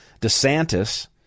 DeSantis